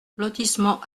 lotissement